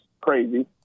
crazy